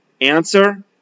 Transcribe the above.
Answer